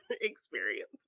experience